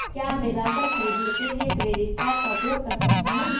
क्या मैं राशन खरीदने के लिए क्रेडिट कार्ड का उपयोग कर सकता हूँ?